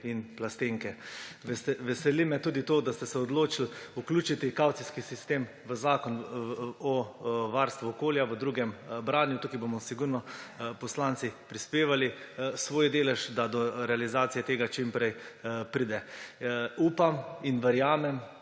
in plastenke. Veseli me tudi to, da ste se odločili vključiti kavcijski sistem v zakon o varstvu okolja v drugem branju; tu bomo poslanci zagotovo prispevali svoj delež, da do realizacije tega čim prej pride. Upam in verjamem,